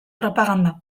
propaganda